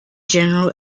general